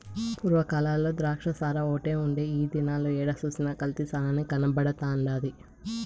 పూర్వ కాలంల ద్రాచ్చసారాఓటే ఉండే ఈ దినాల ఏడ సూసినా కల్తీ సారనే కనబడతండాది